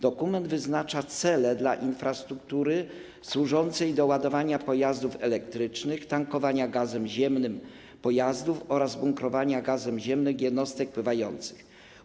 Dokument wyznacza cele dla infrastruktury służącej do ładowania pojazdów elektrycznych, tankowania gazem ziemnym pojazdów oraz bunkrowania gazem ziemnym jednostek pływających.